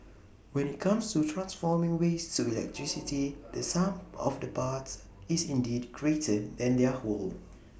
when IT comes to transforming waste to electricity the sum of the parts is indeed greater than their whole